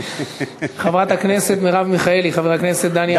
חברת הכנסת מרב מיכאלי, חבר הכנסת דני עטר.